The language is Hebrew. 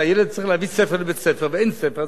הילד צריך להביא ספר לבית-ספר ואין ספר,